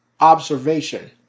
observation